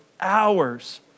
hours